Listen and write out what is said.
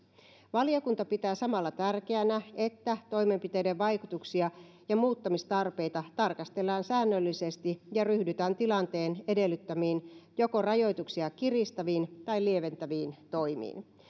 valiokunta pitää samalla tärkeänä että toimenpiteiden vaikutuksia ja muuttamistarpeita tarkastellaan säännöllisesti ja ryhdytään tilanteen edellyttämiin joko rajoituksia kiristäviin tai lieventäviin toimiin